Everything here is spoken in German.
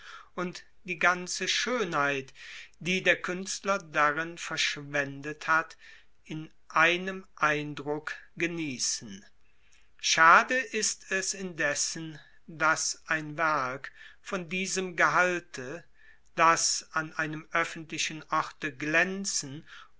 und die ganze schönheit die der künstler darin verschwendet hat in einem eindruck genießen schade ist es indessen daß ein werk von diesem gehalte das an einem öffentlichen orte glänzen